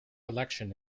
election